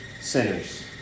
sinners